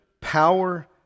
power